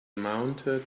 mounted